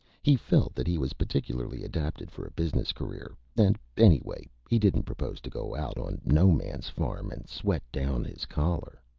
he felt that he was particularly adapted for a business career, and, anyway, he didn't propose to go out on no man's farm and sweat down his collar.